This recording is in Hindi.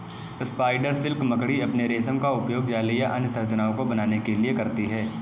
स्पाइडर सिल्क मकड़ी अपने रेशम का उपयोग जाले या अन्य संरचनाओं को बनाने के लिए करती हैं